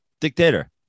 dictator